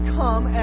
come